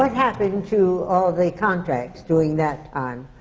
um happened and to all the contracts, during that time?